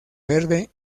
verde